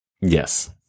Yes